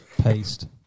Paste